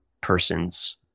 person's